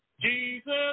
Jesus